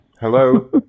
Hello